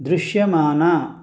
దృశ్యమాన